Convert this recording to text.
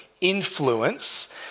influence